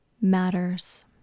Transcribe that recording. matters